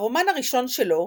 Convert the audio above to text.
הרומן הראשון שלו,